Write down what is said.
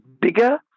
bigger